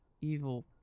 evil